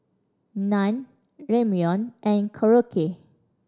Naan Ramyeon and Korokke